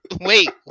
wait